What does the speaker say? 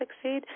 succeed